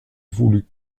voulut